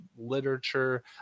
literature